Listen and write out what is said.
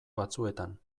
batzuetan